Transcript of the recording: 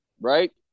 right